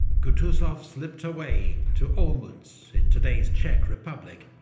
kutuzov slipped away to olmutz, in today's czech republic,